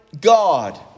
God